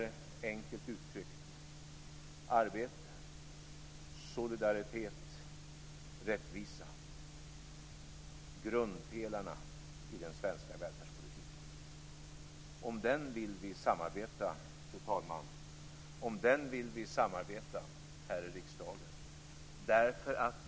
Enkelt uttryckt: arbete, solidaritet och rättvisa, grundpelarna i den svenska välfärdspolitiken. Om den vill vi samarbeta, fru talman, här i riksdagen.